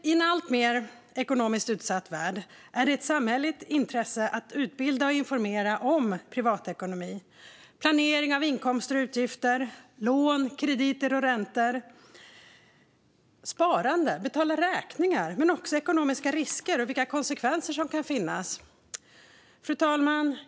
I en alltmer ekonomiskt utsatt värld är det ett samhälleligt intresse att utbilda och informera om privatekonomi - planering av inkomster och utgifter, lån, krediter och räntor, sparande och att betala räkningar men också ekonomiska risker och konsekvenser. Fru talman!